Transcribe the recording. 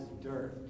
dirt